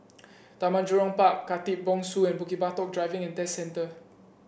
Taman Jurong Park Khatib Bongsu and Bukit Batok Driving And Test Centre